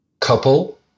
couple